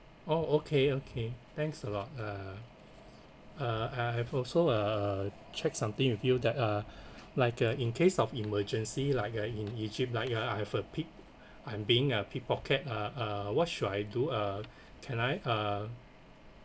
oh okay okay thanks a lot uh uh I have also uh check something with you that uh like uh in case of emergency like uh in egypt like uh I have a pick I'm being uh pickpocket ah uh what should I do uh can I uh